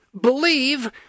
believe